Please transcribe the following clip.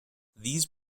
these